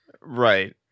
Right